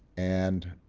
and